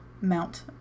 Mount